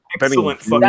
excellent